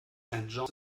john’s